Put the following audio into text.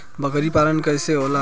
बकरी पालन कैसे होला?